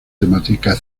temática